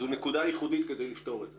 זו נקודה ייחודית כדי לפתור את זה.